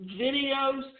videos